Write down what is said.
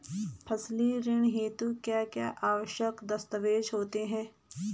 फसली ऋण हेतु क्या क्या आवश्यक दस्तावेज़ होते हैं?